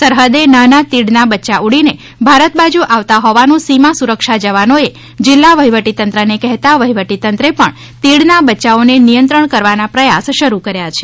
સરહદે નાના તીડના બચ્યા ઉડીને ભારત બાજુ આવતા હોવાનું સીમા સુરક્ષા જવાનોએ જિલ્લા વહિવટીતંત્રને કહેતા વહિવટીતંત્રે પણ તીડના બચ્યાઓને નિયંત્રણ કરવાના પ્રયાસ શરૂ કર્યા છે